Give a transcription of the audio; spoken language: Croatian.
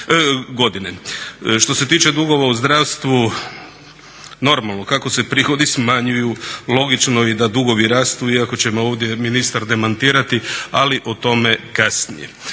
Što se tiče dugova u zdravstvu normalno kako se prihodi smanjuju logično i da dugovi rastu iako će me ovdje ministar demantirati, ali o tome kasnije.